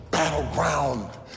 Battleground